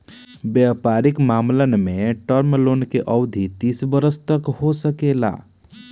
वयपारिक मामलन में टर्म लोन के अवधि तीस वर्ष तक हो सकेला